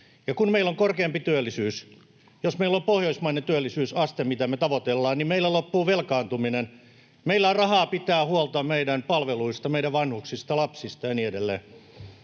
ja kun meillä on korkeampi työllisyys — jos meillä on pohjoismainen työllisyysaste, mitä me tavoitellaan — niin meillä loppuu velkaantuminen. Meillä on rahaa pitää huolta meidän palveluista, meidän vanhuksista, lapsista ja niin edelleen.